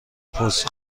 پست